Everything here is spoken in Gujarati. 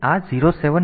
તેથી આ 0 7 નથી